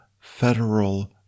federal